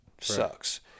sucks